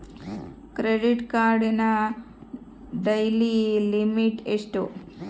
Credit ಕಾರ್ಡಿನ daily limit ಎಷ್ಟು?